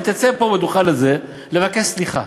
להתייצב פה בדוכן הזה ולבקש סליחה.